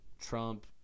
trump